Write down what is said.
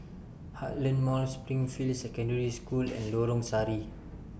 Heartland Mall Springfield Secondary School and Lorong Sari